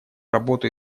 работу